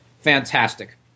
fantastic